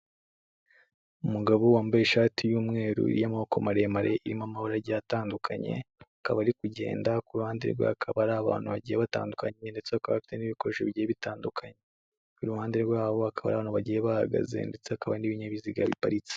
Umugabo wambaye ishati y'umweru y'amaboko maremare irimo amabara agiye atandukanye, akaba ari kugenda ku ruhande rwe hakaba hari abantu bagiye batandukanye ndetse bakaba bafite n'ibikoresho bigiye bitandukanye, iruhande rwabo hakaba hari abantu bagiye bahagaze ndetse hakaba n'ibinyabiziga biparitse.